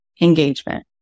engagement